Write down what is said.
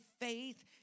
faith